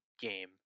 game